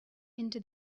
into